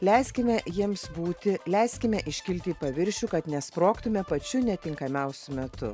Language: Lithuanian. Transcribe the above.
leiskime jiems būti leiskime iškilti į paviršių kad nesprogtume pačiu netinkamiausiu metu